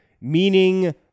meaning